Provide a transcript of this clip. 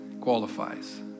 qualifies